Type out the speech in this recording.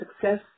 success